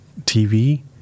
TV